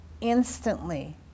instantly